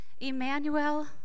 Emmanuel